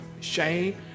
shame